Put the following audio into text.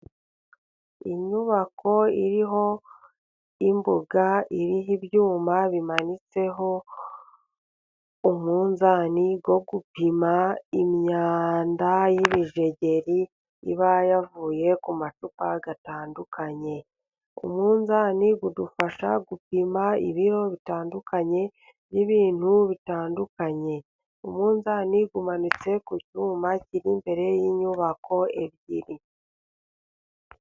Inyubako iriho imbuga，iriho ibyuma bimanitseho umunzani wo gupima imyanda y'ibijegeri， iba yavuye ku macupa atandukanye. Umunzani udufasha gupima ibiro bitandukanye, n'ibintu bitandukanye. Umunzani umanitse ku cyuma kiri imbere y'inyubako ebyiri.